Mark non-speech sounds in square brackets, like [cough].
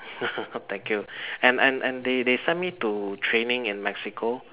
[laughs] thank you and and and they they sent me to training in Mexico